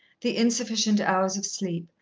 the insufficient hours of sleep,